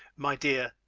my dear,